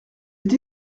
est